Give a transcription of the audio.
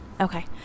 okay